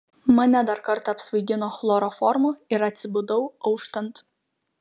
mane dar kartą apsvaigino chloroformu ir atsibudau auštant